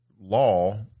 law